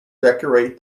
decorate